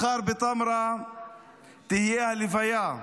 מחר בטמרה תהיה הלוויה,